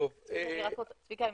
צביקה,